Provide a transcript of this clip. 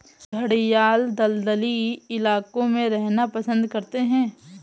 घड़ियाल दलदली इलाकों में रहना पसंद करते हैं